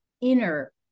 inner